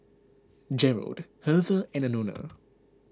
Gerald Hertha and Anona